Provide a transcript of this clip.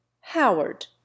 Howard